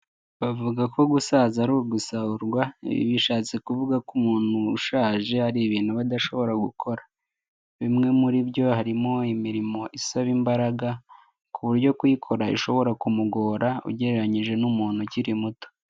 Bavuga ko gusaza ari ugusahurwa bishatse kuvuga ko umuntu ushaje ari ibintu badashobora gukora, bimwe muri byo harimo imirimo isaba imbaraga, ku buryo kuyikora ishobora kumugora ugereranyije n'umuntu ukiri muto.